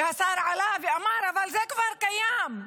והשר עלה ואמר: אבל זה כבר קיים.